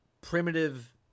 primitive